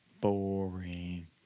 Boring